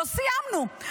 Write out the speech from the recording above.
לא סיימנו.